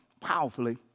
powerfully